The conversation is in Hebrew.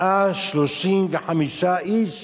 135 איש